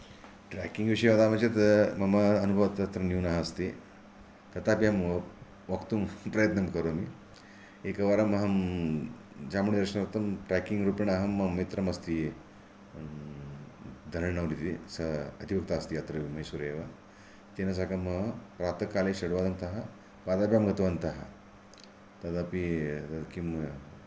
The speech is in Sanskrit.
ट्रेकिंग् विषये वदामि चेत् मम अनुभवः अत्र न्यूनः एव अस्ति तथापि अहं वक्तुं प्रयत्नं करोमि एकवारम् अहं चामुण्डेश्वरी दर्शनार्थम् ट्रेकिङ् रूपेण अहं मित्रम् अस्ति धरणि इति सः अधिवक्ता अस्ति अत्रैव मैसूरे एव तेन साकं प्रातःकाले षड्वादनतः पद्भ्यां गतवन्तः तदपि तत् किं